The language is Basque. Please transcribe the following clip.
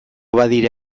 badira